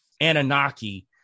Anunnaki